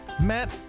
Matt